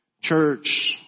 church